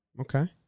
Okay